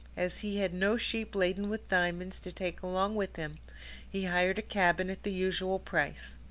as he had no sheep laden with diamonds to take along with him he hired a cabin at the usual price.